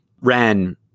Ren